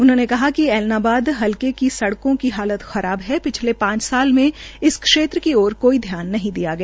उन्होंने कहा कि ऐलनाबाद हल्के की सडकों की हालत खराब है पिछले पांच साल में इस क्षेत्र की ओर कोई ध्यान नही दिया गया